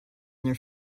their